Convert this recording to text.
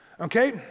okay